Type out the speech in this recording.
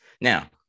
Now